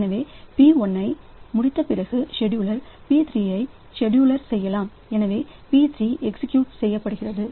எனவே P1 ஐ முடித்த பிறகு செட்யூலர் P3 ஐ செட்யூலர் செய்யலாம் எனவே P3 எக்ஸிகியூட் செய்யபடுகிறது